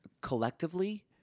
collectively